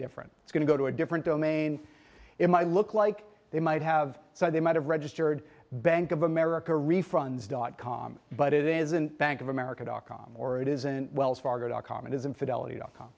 different it's going to go to a different domain it might look like they might have said they might have registered bank of america refunds dot com but it isn't bank of america dot com or it isn't wells fargo dot com it is infidelity dot